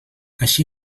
així